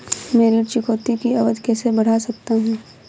मैं ऋण चुकौती की अवधि कैसे बढ़ा सकता हूं?